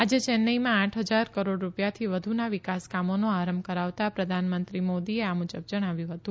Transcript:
આજે ચેન્નાઇમાં આઠ હજાર કરોડ રૂપિયાથી વધુના વિકાસકામોનો આરંભ કરાવતા પ્રધાનમંત્રી મોદીએ આ મુજબ જણાવ્યું હતું